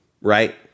right